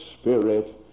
spirit